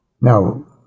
Now